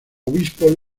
obispo